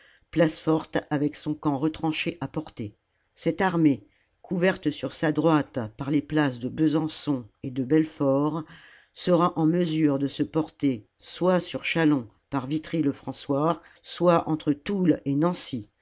place forte avec son camp retranché à portée cette armée couverte sur sa droite par les places de besançon et de belfort sera en mesure de se porter soit sur châlons par vitry lefrançois soit entre toul et nancy